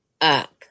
up